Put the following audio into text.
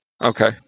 Okay